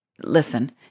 listen